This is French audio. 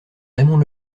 raymond